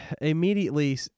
immediately